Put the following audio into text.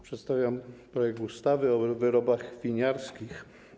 Przedstawiam projekt ustawy o wyrobach winiarskich.